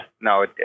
no